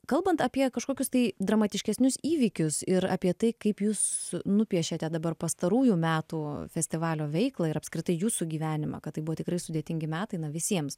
kalbant apie kažkokius tai dramatiškesnius įvykius ir apie tai kaip jūs nupiešėte dabar pastarųjų metų festivalio veiklą ir apskritai jūsų gyvenimą kad tai buvo tikrai sudėtingi metai na visiems